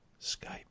Skype